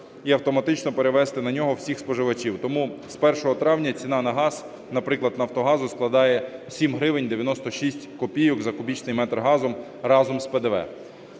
і автоматично перевести на нього всіх споживачів. Тому з 1 травня ціна на газ, наприклад, Нафтогазу складає 7 гривень 96 копійок за кубічний метр газу разом з ПДВ.